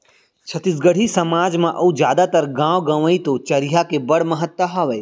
छत्तीसगढ़ी समाज म अउ जादातर गॉंव गँवई तो चरिहा के बड़ महत्ता हावय